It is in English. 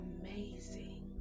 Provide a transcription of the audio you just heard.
amazing